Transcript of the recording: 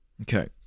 Okay